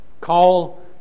call